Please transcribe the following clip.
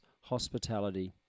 hospitality